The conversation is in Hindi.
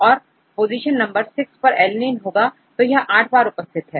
और पोजीशन नंबर सिक्स पर alanine होगा यह 8 बार उपस्थित होगा